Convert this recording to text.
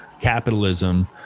capitalism